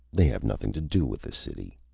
they have nothing to do with the city.